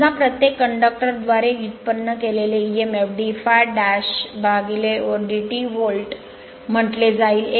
समजा प्रत्येक कंडक्टर द्वारे व्युत्पन्न केलेले emf d ∅ dash dt volt म्हटले जाईल